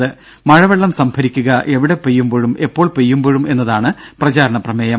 മഴവെള്ളം സംഭരിക്കുക എവിടെ പെയ്യുമ്പോഴും എപ്പോൾ പെയ്യുമ്പോഴും എന്നതാണ് പ്രചാരണ പ്രമേയം